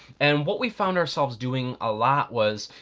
and what we found ourselves doing a lot was,